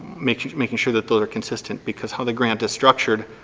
making sure making sure that those are consistent because how the grant is structured,